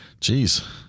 Jeez